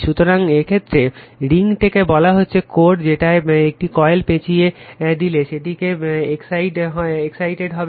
সুতরাং এই ক্ষেত্রে রিং টাকে বলা হচ্ছে কোর যেটায় একটি কয়েল পেঁচিয়ে দিলে সেটি এক্সসাইটেড হবে